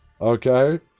Okay